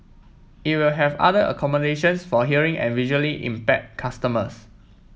it will have other accommodations for hearing and visually impaired customers